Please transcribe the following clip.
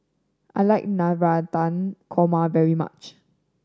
I like Navratan Korma very much